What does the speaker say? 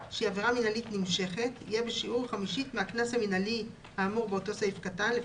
מינהלית נמשכת יהיה בשיעור חמישית מקנס קבוע בסעיף קטן (ב),